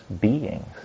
beings